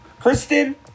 kristen